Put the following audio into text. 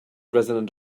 resonant